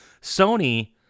Sony